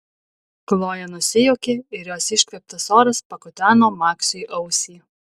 kloja nusijuokė ir jos iškvėptas oras pakuteno maksui ausį